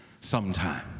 sometime